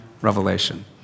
revelation